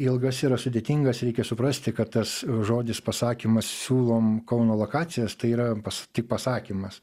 ilgas yra sudėtingas reikia suprasti kad tas žodis pasakymas siūlom kauno lokacijas tai yra tik pasakymas